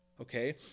okay